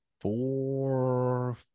four